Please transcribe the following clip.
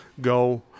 go